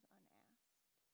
unasked